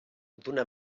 d’una